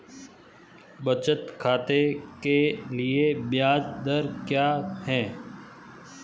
बचत खाते के लिए ब्याज दर क्या है?